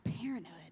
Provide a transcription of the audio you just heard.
parenthood